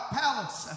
palace